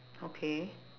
okay